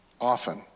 often